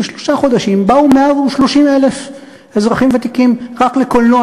בשלושה חודשים באו 130,000 אזרחים ותיקים רק לקולנוע,